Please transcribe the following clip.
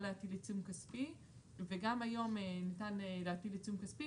להטיל עיצום כספי וגם היום ניתן להטיל עיצום כספי,